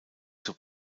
zur